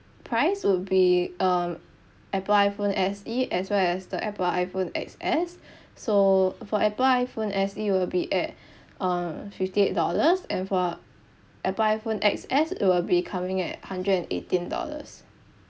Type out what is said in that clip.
price would be um apple iphone s e as well as the apple iphone x s so for apple iphone s e will be at uh fifty eight dollars and for apple iphone x s it will be coming at hundred and eighteen dollars